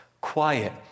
quiet